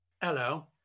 Hello